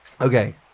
Okay